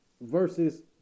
versus